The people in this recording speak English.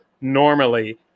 normally